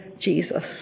Jesus